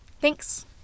Thanks